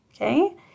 Okay